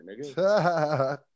nigga